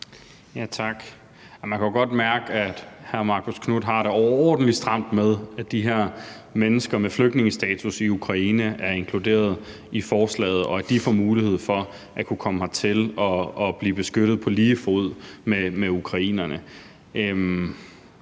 Tak. Man kan jo godt mærke, at hr. Marcus Knuth har det overordentlig stramt med, at de her mennesker med flygtningestatus i Ukraine er inkluderet i forslaget, og at de får mulighed for at kunne komme hertil og blive beskyttet på lige fod med ukrainerne